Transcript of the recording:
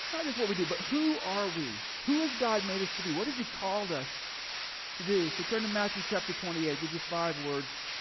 not just what we do but who are we? who is god made us to be? what has he called us to do? so, turn to matthew chapter twenty eight, give you five words.